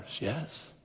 Yes